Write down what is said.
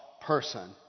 person